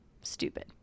Stupid